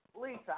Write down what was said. Lisa